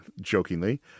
jokingly